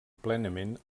plenament